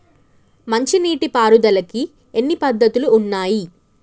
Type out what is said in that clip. మంచి నీటి పారుదలకి ఎన్ని పద్దతులు ఉన్నాయి?